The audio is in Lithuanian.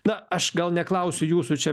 na aš gal neklausiu jūsų čia